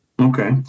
Okay